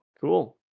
cool